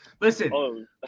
Listen